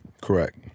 Correct